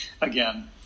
again